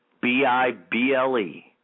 B-I-B-L-E